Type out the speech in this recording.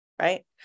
right